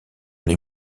les